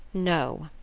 no.